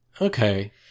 Okay